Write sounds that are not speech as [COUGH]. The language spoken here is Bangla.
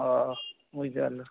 ও বুঝতে [UNINTELLIGIBLE]